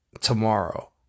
tomorrow